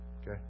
Okay